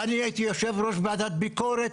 אני הייתי יושב ראש ועדת ביקורת.